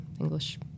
English